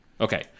Okay